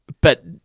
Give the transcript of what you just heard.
but-